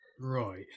Right